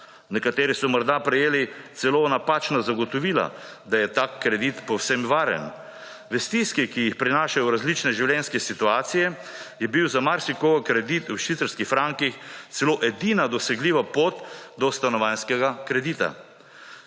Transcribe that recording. Nekateri so morda prejeli celo napačna zagotovila, da je tak kredit povsem varen. V stiski, ki jih prinašajo različne življenjske situacije, je bil za marsikoga kredit v švicarskih frankih celo edina dosegljiva pot do stanovanjskega kredita.